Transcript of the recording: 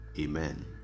amen